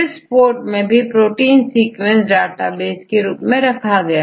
SEISS PROT मैं भी protein sequence database के रूप में रखा है